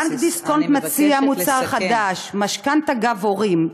בנק דיסקונט מציע מוצר חדש: "משכנתה עם גב הורים".